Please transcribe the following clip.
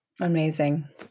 amazing